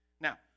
Now